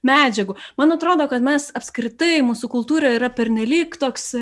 medžiagų man atrodo kad mes apskritai mūsų kultūroje yra pernelyg toks